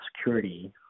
security